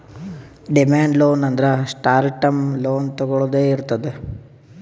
demand loan ಅಂದ್ರ short term loan ತೊಗೊಳ್ದೆ ಇರ್ತದ್